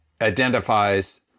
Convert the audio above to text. identifies